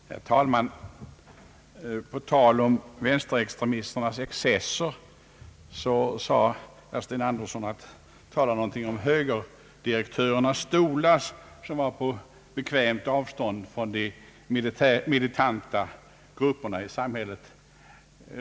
Herr talman! På tal om vänsterextremisternas excesser sade herr Sten Andersson något om högerdirektörernas stolar, där man, som han ansåg, sitter på bekvämt avstånd från de militanta grupperna i samhället.